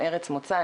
ארץ מוצא,